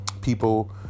people